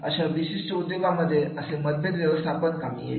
अशा विशिष्ट उद्योगांमध्ये असे मतभेद व्यवस्थापन कामा येईल